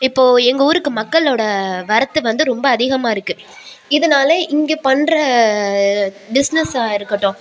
இப்போது எங்கள் ஊருக்கு மக்களோடய வரத்து வந்து ரொம்ப அதிகமாக இருக்குது இதனால் இங்கே பண்ணுற பிஸ்னஸாக இருக்கட்டும்